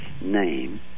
name